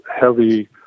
heavy